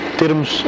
termos